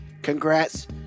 congrats